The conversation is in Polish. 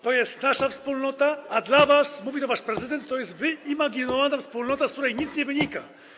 To jest nasza wspólnota, a dla was - mówi to wasz prezydent - to jest wyimaginowana wspólnota, z której nic nie wynika.